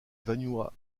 vanuatu